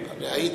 להאיטי.